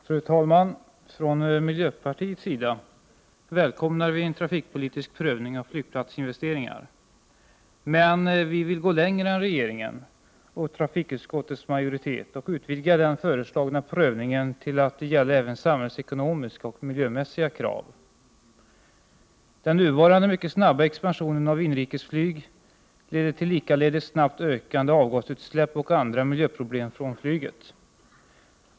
Fru talman! Från miljöpartiets sida välkomnar vi en trafikpolitisk prövning av flygplatsinvesteringar. Men vi vill gå längre än regeringen och trafikutskottets majoritet och utvidga den föreslagna prövningen till att gälla även samhällsekonomiska och miljömässiga krav. Den nuvarande mycket snabba expansionen av inrikesflyg leder till likaledes snabbt ökande avgasutsläpp och andra miljöproblem från flyget.